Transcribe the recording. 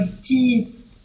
deep